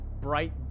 bright